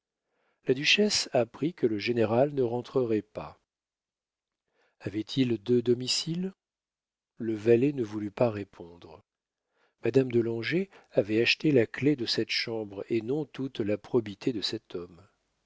la duchesse apprit que le général ne rentrerait pas avait-il deux domiciles le valet ne voulut pas répondre madame de langeais avait acheté la clef de cette chambre et non toute la probité de cet homme